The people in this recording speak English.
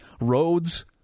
roads